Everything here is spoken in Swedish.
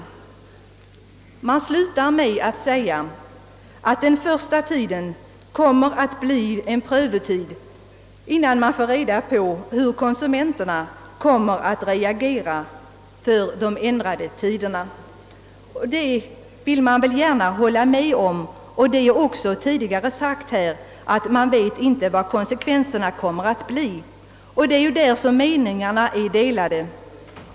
Förbundet slutar med att säga att den första tiden, innan man får reda på hur konsumenterna reagerar inför de ändrade tiderna kommer att bli en prövotid. Det vill jag ge förbundet rätt i. Det har sagts redan tidigare i debatten att man inte vet vilka konsekvenserna av denna nya lag kommer att bli. Det är på denna punkt meningarna är delade.